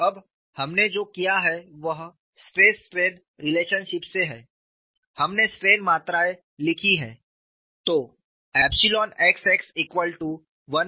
और अब हमने जो किया है वह स्ट्रेस स्ट्रेन रिलेशनशिप से है हमने स्ट्रेन मात्राएं लिखी हैं